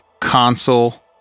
Console